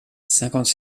cinquante